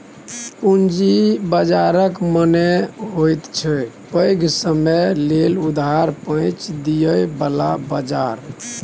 पूंजी बाजारक मने होइत छै पैघ समय लेल उधार पैंच दिअ बला बजार